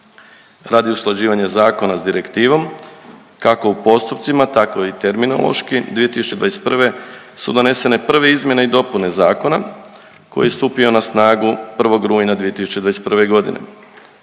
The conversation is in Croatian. Radi usklađivanja zakona s direktivom kako u postupcima, tako i terminološki, 2021. su donesene prve izmjene i dopune zakona koji je stupio na snagu 1. rujna 2021.g.,